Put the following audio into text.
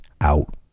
out